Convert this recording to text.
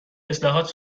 اصلاحات